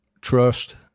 trust